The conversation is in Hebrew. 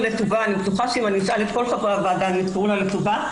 לטובה אני בטוחה שאם אשאל את כל חברי הוועדה הם יזכרו לה לטובה,